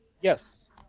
Yes